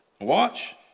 watch